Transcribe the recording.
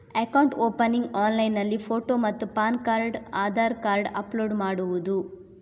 Account opening ಆನ್ಲೈನ್ನಲ್ಲಿ photo ಮತ್ತು PAN card Aadhaar card upload ಮಾಡುವುದು?